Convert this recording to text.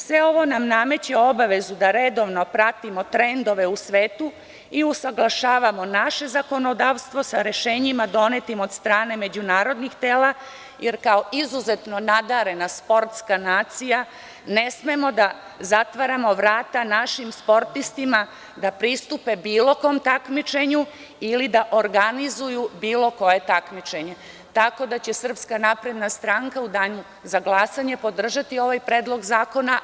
Sve ovo nam nameće obavezu da redovno pratimo trendove u svetu i usaglašavamo naše zakonodavstvo sa rešenjima donetim od strane međunarodnih tela, jer kao izuzetno nadarena sportska nacija ne smemo da zatvaramo vrata našim sportistima da pristupe bilo kom takmičenju ili da organizuju bilo koje takmičenje, tako da će SNS u danu za glasanje podržati ovaj predlog zakona.